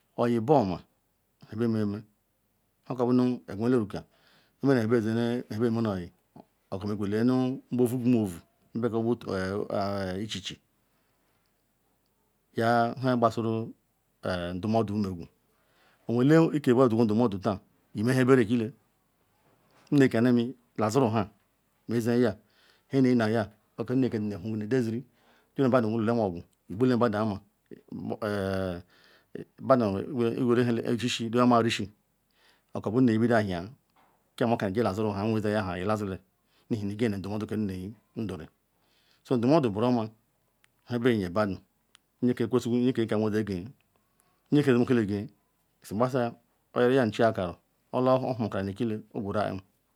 Oyi buoma be meme okabu nu eqwani ele-ruka obiene nu nha za neme oyi okemegu lee nube vuguovu nu be kobu khichi. Yanhe masiru ndumu odu mega. Oweru ele iyeye ndumu odu megu. Oweru ele iyeye ndumu odu taa beme nheberere ekile nne kanime daziri nha me jihia okagba nu ahia nne kohugu nu ederizi ji nu badu nlulamogwu igbule badu ama Igweri le Isisi duwamaya Isi okobu nne bido ahiaya kam oka jiwa daziri nu ha Idaziride Ihe nu Ikene ndumuodu ka nne nduri so ndumuodu buruoma nha beye badu nye ke kwesiru nyeke ka nu anwaa yegea nye kasimakala egea sikpasia odi kpo ya nu chiya karu odi mako nhe ohuru nu ekile owwerua kpam